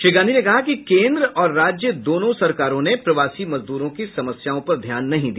श्री गांधी ने कहा कि केन्द्र और राज्य दोनों सरकारों ने प्रवासी मजदूरों की समस्याओं पर ध्यान नहीं दिया